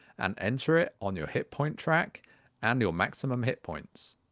and enter it on your hit point track and your maximum hit points